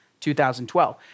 2012